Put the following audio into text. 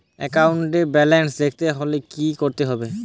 একাউন্টের ব্যালান্স দেখতে হলে কি করতে হবে?